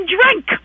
drink